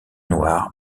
noir